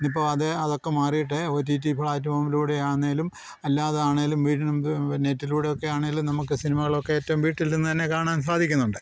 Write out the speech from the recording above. ഇന്ന് ഇപ്പോൾ അതേ അതൊക്കെ മാറിയിട്ട് ഒ റ്റി റ്റി പ്ലാറ്റ്ഫോമിലൂടെ ആണെങ്കിലും അല്ലാതാണെങ്കിലും വീടിന് മുമ്പിൽ നെറ്റിലൂടെയൊക്കെ ആണെങ്കിലും നമുക്ക് സിനിമകളൊക്കെ ഏറ്റവും വീട്ടിൽ നിന്ന് തന്നെ കാണാൻ സാധിക്കുന്നുണ്ട്